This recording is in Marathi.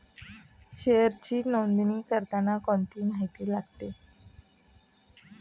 शेअरची नोंदणी करताना कोणती माहिती लागते?